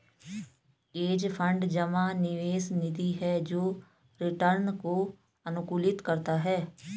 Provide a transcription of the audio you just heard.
hedge fund जमा निवेश निधि है जो रिटर्न को अनुकूलित करता है